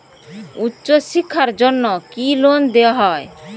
উচ্চশিক্ষার জন্য কি লোন দেওয়া হয়?